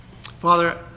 Father